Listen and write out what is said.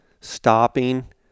stopping